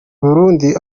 burundi